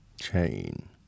Chain